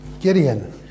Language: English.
Gideon